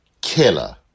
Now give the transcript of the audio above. killer